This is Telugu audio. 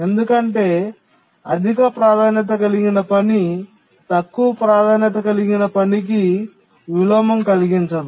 ఎందుకంటే అధిక ప్రాధాన్యత కలిగిన పని తక్కువ ప్రాధాన్యత కలిగిన పనికి విలోమం కలిగించదు